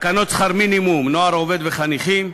ותקנות שכר מינימום (נוער עובד וחניכים).